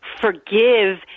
forgive